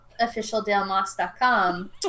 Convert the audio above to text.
officialdalemoss.com